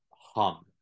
hum